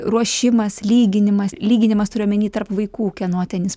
ruošimas lyginimas lyginimas turiu omeny tarp vaikų kieno ten jis